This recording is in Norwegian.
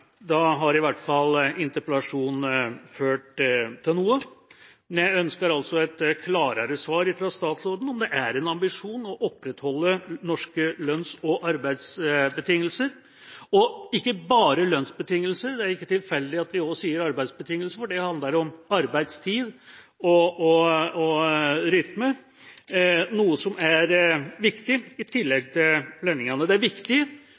Da har i hvert fall interpellasjonen ført til noe. Men jeg ønsker altså et klarere svar fra statsråden om det er en ambisjon å opprettholde norske lønns- og arbeidsbetingelser. Og ikke bare lønnsbetingelser – det er ikke tilfeldig at vi også sier arbeidsbetingelser, for det handler om arbeidstid og rytme, noe som er viktig, i tillegg til lønningene. Det er viktig